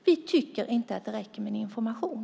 Vi tycker inte att det räcker med bara information.